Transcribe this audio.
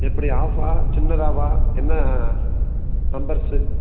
எப்படி ஆஃப்பா சின்னதாகவா என்ன நம்பர்ஸ்